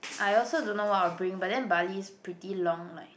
I also don't know what I'll bring but then Bali is pretty long like